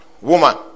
woman